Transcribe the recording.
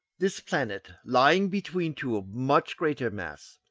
this planet, lying between two of much greater mass,